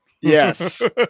Yes